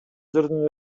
жерден